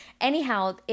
anyhow